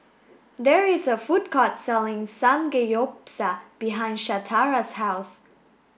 there is a food court selling Samgeyopsal behind Shatara's house